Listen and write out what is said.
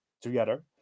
together